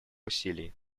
усилий